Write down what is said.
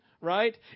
right